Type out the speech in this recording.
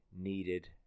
needed